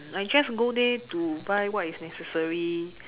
I just go there to buy what is necessary